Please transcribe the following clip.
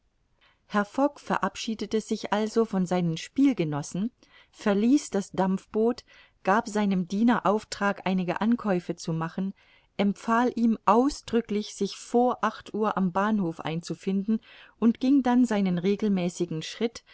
herr fogg verabschiedete sich also von seinen spielgenossen verließ das dampfboot gab seinem diener auftrag einige ankäufe zu machen empfahl ihm ausdrücklich sich vor acht uhr am bahnhof einzufinden und ging dann seinen regelmäßigen schritt